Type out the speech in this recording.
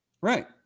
Right